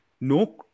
no